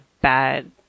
bad